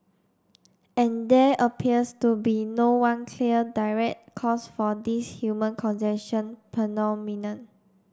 and there appears to be no one clear direct cause for this human congestion phenomenon